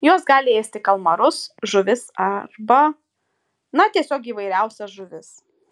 jos gali ėsti kalmarus žuvis arba na tiesiog įvairiausias žuvis